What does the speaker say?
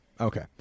Okay